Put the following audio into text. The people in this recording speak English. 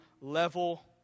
level